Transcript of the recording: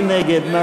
מי נגד?